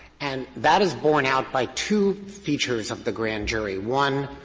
and that is borne out by two features of the grand jury one,